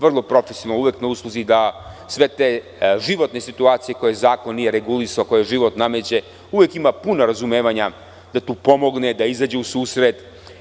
Vrlo je profesionalna i uvek na usluzi da sve te životne situacije koje zakon nije regulisao, koje život nameće uvek ima puno razumevanja da tu pomogne, da izađe u susret.